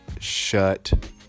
shut